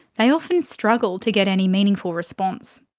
they often struggle to get any meaningful response.